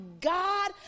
God